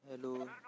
Hello